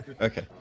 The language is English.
Okay